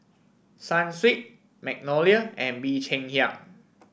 Sunsweet Magnolia and Bee Cheng Hiang